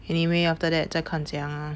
anyway after that 再看怎样啊